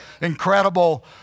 Incredible